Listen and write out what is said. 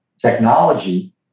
technology